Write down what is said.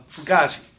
Fugazi